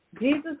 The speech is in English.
Jesus